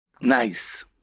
Nice